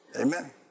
Amen